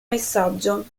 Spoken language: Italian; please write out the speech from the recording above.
messaggio